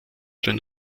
den